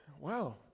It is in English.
Wow